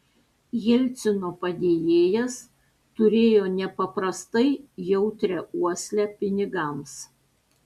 jelcino padėjėjas turėjo nepaprastai jautrią uoslę pinigams